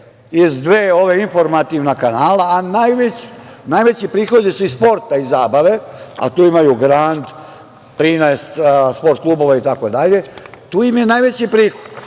iz dva ova informativna kanala, a najveći prihodi su iz sporta, iz zabave. Tu imaju „Grand“, 13 „Sport klubova“, itd, tu im je najveći prihod.